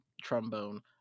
trombone